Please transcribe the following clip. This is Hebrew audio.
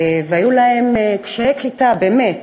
היו להם קשיי קליטה קשים באמת,